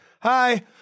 Hi